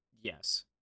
yes